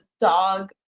Dog